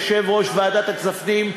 יושב-ראש ועדת הכספים,